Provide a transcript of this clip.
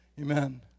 Amen